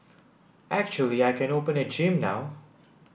actually I can open a gym now